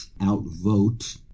outvote